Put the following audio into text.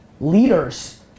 leaders